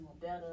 better